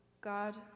God